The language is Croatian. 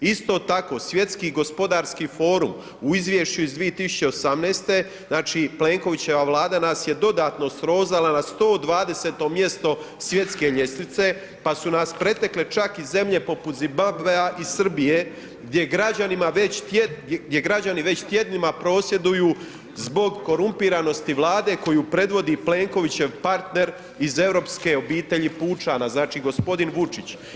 Isto tako svjetski gospodarski forum u izvješću od 2018. znači Plenkovićeva vlada nas je dodatno srozala na 120 mjesto svjetske ljestvice, pa su nas pretekle čak i zemlje poput Zimbabvea i Srbije, gdje građanima već, gdje građani već tjednima prosvjeduju zbog korumpiranosti vlade koju predvodi Plenkovićev partner iz europske obitelji pučana, znači g. Vučić.